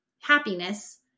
happiness